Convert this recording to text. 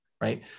right